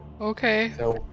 Okay